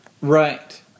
Right